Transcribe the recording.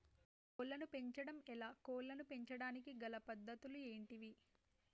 కోళ్లను పెంచడం ఎలా, కోళ్లను పెంచడానికి గల పద్ధతులు ఏంటివి?